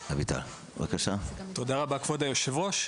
תודה רבה כבוד היושב-ראש.